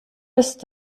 ist